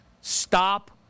stop